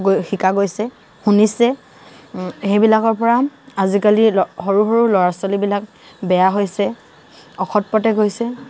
গৈ শিকা গৈছে শুনিছে সেইবিলাকৰ পৰা আজিকালি ল সৰু সৰু ল'ৰা ছোৱালীবিলাক বেয়া হৈছে অসৎ পথে গৈছে